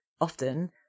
often